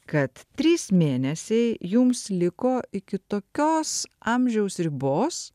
kad trys mėnesiai jums liko iki tokios amžiaus ribos